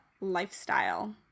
lifestyle